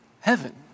Heaven